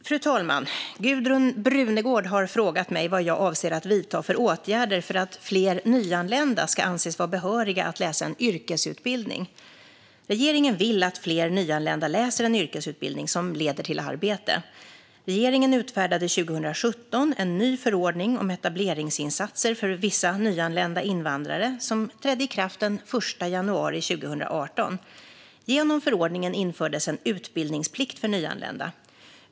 Fru talman! Gudrun Brunegård har frågat mig vad jag avser att vidta för åtgärder för att fler nyanlända ska anses vara behöriga att läsa en yrkesutbildning. Regeringen vill att fler nyanlända läser en yrkesutbildning som leder till arbete. Regeringen utfärdade 2017 en ny förordning om etableringsinsatser för vissa nyanlända invandrare, som trädde i kraft den 1 januari 2018. Genom förordningen infördes en utbildningsplikt för nyanlända.